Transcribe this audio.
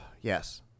Yes